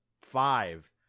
five